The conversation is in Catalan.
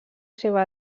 seva